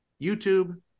youtube